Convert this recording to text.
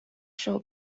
шүү